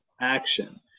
action